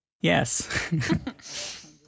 yes